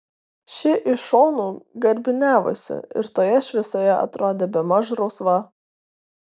ši iš šonų garbiniavosi ir toje šviesoje atrodė bemaž rausva